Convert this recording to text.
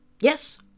Yes